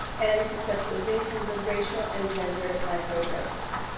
and conceptualizations of racial and gender microaggressions.